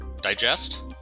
Digest